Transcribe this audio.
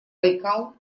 байкал